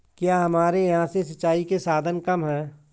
क्या हमारे यहाँ से सिंचाई के साधन कम है?